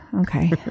Okay